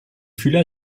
fühler